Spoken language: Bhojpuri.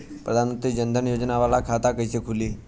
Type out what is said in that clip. प्रधान मंत्री जन धन योजना वाला खाता कईसे खुली?